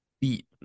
beat